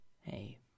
Hey